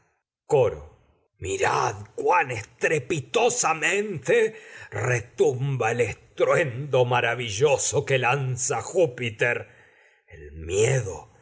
coro mirad truendo llamadle cuán pues seguida es estrepitosamente retumba el lanza maravilloso que júpiter el miedo